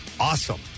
Awesome